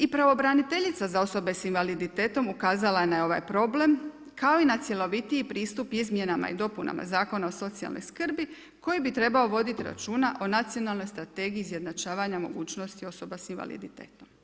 I pravobraniteljica za osobe sa invaliditetom ukazala je na ovaj problem kao i na cjelovitiji pristup Izmjenama i dopunama Zakona o socijalnoj skrbi koji bi trebao voditi računa o Nacionalnoj strategiji izjednačavanja mogućnosti osoba sa invaliditetom.